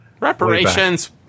reparations